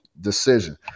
decision